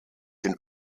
den